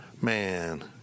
Man